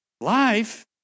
life